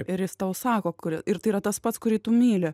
ir jis tau sako kur ir tai yra tas pats kurį tu myli